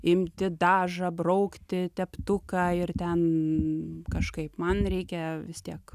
imti dažą braukti teptuką ir ten kažkaip man reikia vis tiek